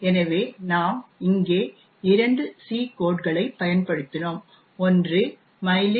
எனவே நாம் இங்கே இரண்டு சி கோடஂகளைப் பயன்படுத்தினோம் ஒன்று mylib